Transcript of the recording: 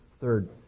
third